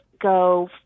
go